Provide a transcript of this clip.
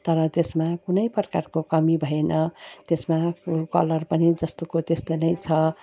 तर त्यसमा कुनै प्रकारको कमी भएन त्यसमा कलर पनि जस्तोको त्यस्तो नै छ